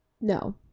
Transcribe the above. No